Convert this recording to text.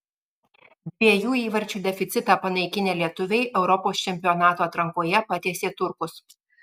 dviejų įvarčių deficitą panaikinę lietuviai europos čempionato atrankoje patiesė turkus